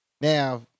Now